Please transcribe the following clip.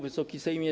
Wysoki Sejmie!